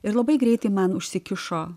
ir labai greitai man užsikišo